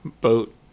boat